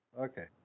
Okay